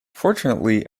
fortunately